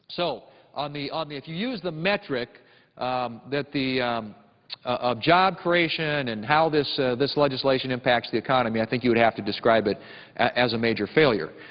so on the um the if you use the metric that the of job creation and how this this legislation impacts the economy, i think you would have to describe it as a major failure.